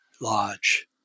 lodge